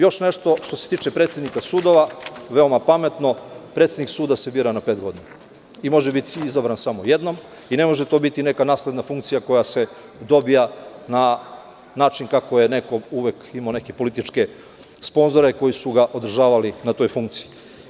Još nešto, što se tiče predsednika sudova, veoma pametno, predsednik suda se bira na pet godina i može biti izabran samo jednom i ne može to biti neka nasledna funkcija koja se dobija na način kako je neko uvek imao neke političke sponzore, koji su ga održavali na toj funkciji.